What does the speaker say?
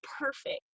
perfect